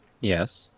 Yes